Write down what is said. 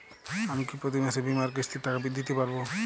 আমি কি প্রতি মাসে বীমার কিস্তির টাকা দিতে পারবো?